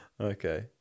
Okay